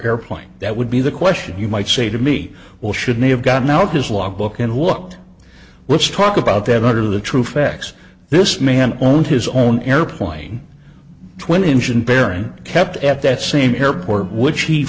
airplane that would be the question you might say to me well should may have gotten out his logbook and walked let's talk about that under the true facts this man owned his own airplane twin engine bearing kept at that same airport which he